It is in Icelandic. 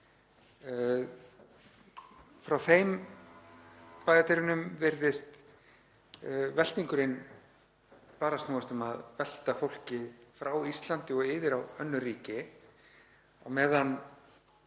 Frá þeirra bæjardyrum séð virðist veltingurinn bara snúast um að velta fólki frá Íslandi og yfir á önnur ríki á meðan